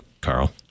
Carl